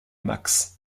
max